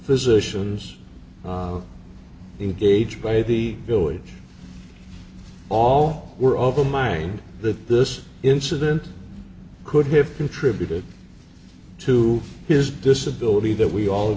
physicians engaged by the village all were of a mind that this incident could have contributed to his disability that we all